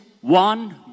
one